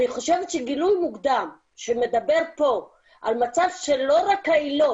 אני חושבת שגילוי מוקדם שמדבר פה על מצב שלא רק היילוד,